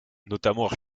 notamment